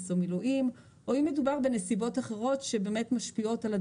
או מילואים או אם מדובר בנסיבות אחרות שבאמת משפיעות על הדיווחים.